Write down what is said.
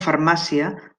farmàcia